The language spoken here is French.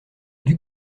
duc